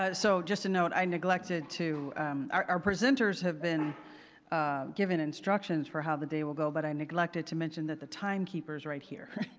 ah so just a note, i neglected to our our presenters have been given instructions for how the day will go but i neglected to mention that the timekeeper's right here.